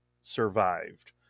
survived